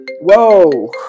Whoa